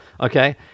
okay